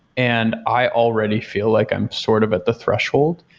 and i already feel like i'm sort of at the threshold,